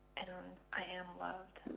and i am loved.